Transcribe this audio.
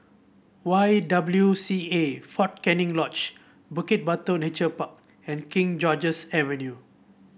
Y W C A Fort Canning Lodge Bukit Batok Nature Park and King George's Avenue